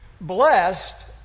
Blessed